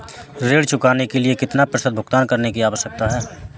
ऋण चुकाने के लिए कितना प्रतिशत भुगतान करने की आवश्यकता है?